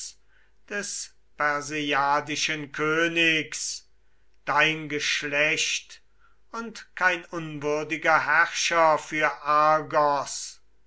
des perseiadischen königs dein geschlecht und kein unwürdiger herrscher für argos